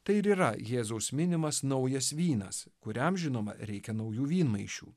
tai ir yra jėzaus minimas naujas vynas kuriam žinoma reikia naujų vynmaišių